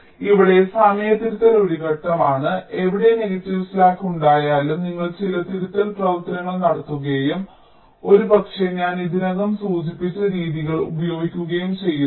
അതിനാൽ ഇവിടെ സമയ തിരുത്തൽ ഒരു ഘട്ടമാണ് എവിടെ നെഗറ്റീവ് സ്ലാക്ക് ഉണ്ടായാലും നിങ്ങൾ ചില തിരുത്തൽ പ്രവർത്തനങ്ങൾ നടത്തുകയും ഒരുപക്ഷേ ഞാൻ ഇതിനകം സൂചിപ്പിച്ച രീതികൾ ഉപയോഗിക്കുകയും ചെയ്യുന്നു